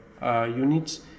units